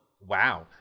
wow